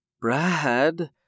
Brad